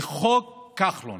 זה חוק כחלון,